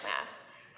mask